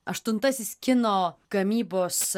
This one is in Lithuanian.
aštuntasis kino gamybos